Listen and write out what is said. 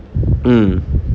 mm